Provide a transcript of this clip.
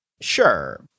sure